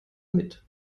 mit